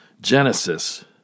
Genesis